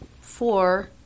four